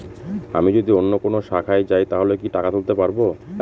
আমি যদি অন্য কোনো শাখায় যাই তাহলে কি টাকা তুলতে পারব?